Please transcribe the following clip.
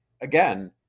again